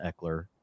Eckler